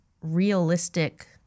realistic